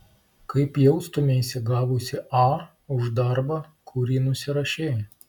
kaip jaustumeisi gavusi a už darbą kurį nusirašei